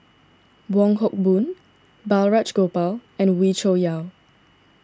Wong Hock Boon Balraj Gopal and Wee Cho Yaw